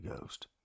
Ghost